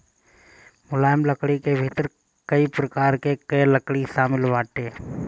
मुलायम लकड़ी के भीतर कई प्रकार कअ लकड़ी शामिल बाटे